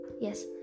Yes